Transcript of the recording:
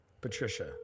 Patricia